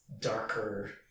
darker